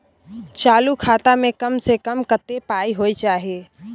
चालू खाता में कम से कम कत्ते पाई होय चाही?